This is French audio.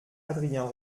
adrien